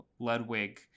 ludwig